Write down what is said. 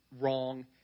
wrong